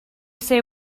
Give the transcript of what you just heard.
say